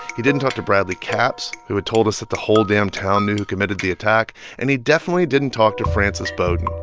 he didn't talk to bradley capps, who had told us that the whole damn town knew who committed the attack. and he definitely didn't talk to francis bowden,